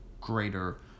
greater